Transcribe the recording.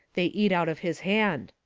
they eat out of his hand.